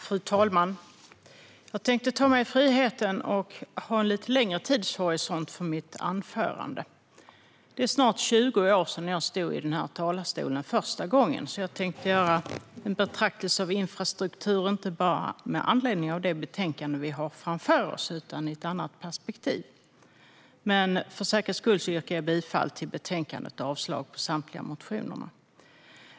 Fru talman! Jag tänkte ta mig friheten att ha en lite längre tidshorisont för mitt anförande. Det är snart 20 år sedan jag stod i den här talarstolen för första gången, och jag tänkte göra en betraktelse av infrastrukturen inte bara med anledning av det betänkande vi har framför oss utan också i ett annat perspektiv. För säkerhets skull yrkar jag bifall till förslaget i betänkandet och avslag på samtliga motioner.